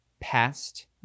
past